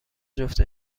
جفت